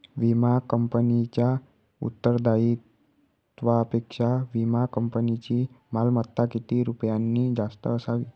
विमा कंपनीच्या उत्तरदायित्वापेक्षा विमा कंपनीची मालमत्ता किती रुपयांनी जास्त असावी?